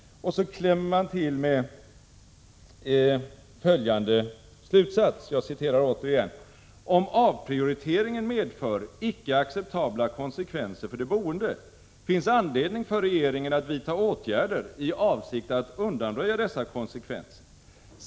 Så klämmer man till med följande slutsats: ”Om avprioriteringen medför icke acceptabla konsekvenser för de boende finns anledning för regeringen att vidta åtgärder i avsikt att undanröja dessa konsekvenser.